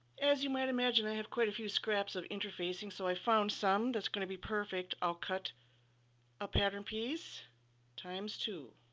as you might imagine, i have quite a few scraps of interfacing, so i found some that's going to be perfect. i'll cut a pattern piece times two.